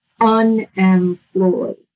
unemployed